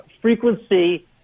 frequency